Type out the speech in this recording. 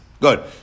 Good